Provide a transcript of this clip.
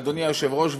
אדוני היושב-ראש,